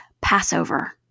Passover